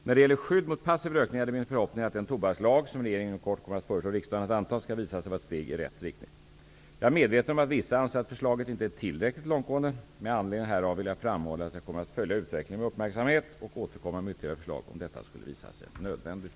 När det gäller skydd mot passiv rökning är det min förhoppning att den tobakslag som regeringen inom kort kommer att föreslå riksdagen att anta skall visa sig vara ett steg i rätt riktning. Jag är medveten om att vissa anser att förslaget inte är tillräckligt långtgående. Med anledning härav vill jag framhålla att jag kommer att följa utvecklingen med uppmärksamhet och återkomma med ytterligare förslag om detta skulle visa sig nödvändigt.